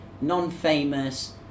non-famous